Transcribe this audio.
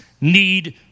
need